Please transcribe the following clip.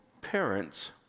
parents